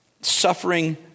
suffering